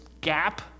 gap